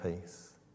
peace